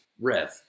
Rev